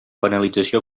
penalització